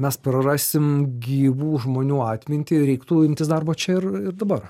mes prarasim gyvų žmonių atmintį ir reiktų imtis darbo čia ir ir dabar